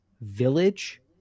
village